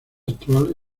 actual